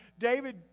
David